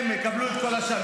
הם יקבלו את כל השמנת,